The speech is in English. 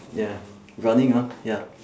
ya running ah ya